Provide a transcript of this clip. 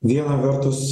viena vertus